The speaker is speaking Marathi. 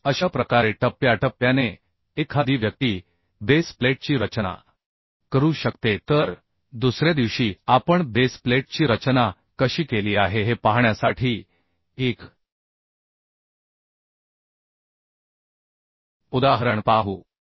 तर अशा प्रकारे टप्प्याटप्प्याने एखादी व्यक्ती बेस प्लेटची रचना करू शकते तर दुसऱ्या दिवशी आपण बेस प्लेटची रचना कशी केली आहे हे पाहण्यासाठी एक उदाहरण पाहू